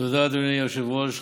תודה, אדוני היושב-ראש.